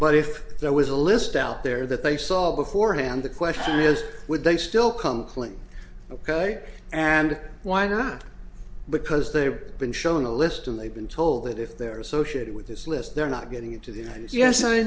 but if there was a list out there that they saw beforehand the question is would they still come click ok and why not because they're been shown the list and they've been told that if they're associated with this list they're not getting into the united yes